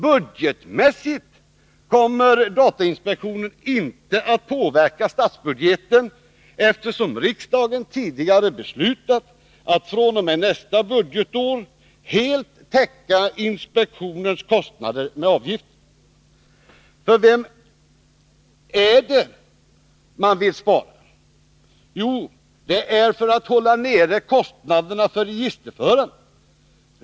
Budgetmässigt kommer datainspektionen inte att påverka statsbudgeten, eftersom riksdagen tidigare beslutat att fr.o.m. nästa budgetår helt täcka inspektionens kostnader med avgifter. För vad är det då man vill spara? Jo, det är för att hålla nere kostnaderna för registerförandet.